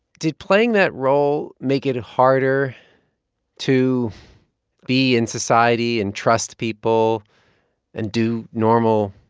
did playing that role make it harder to be in society and trust people and do normal,